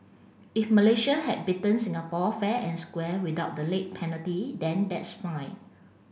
if Malaysia had beaten Singapore fair and square without the late penalty then that's fine